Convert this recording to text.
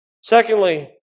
Secondly